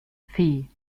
fee